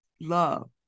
love